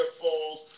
falls